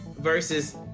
Versus